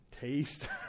taste